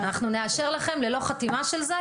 אנחנו נאשר לכם ללא חתימה של זה,